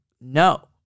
no